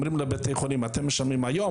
אומרים לבתי החולים: אתם משלמים היום,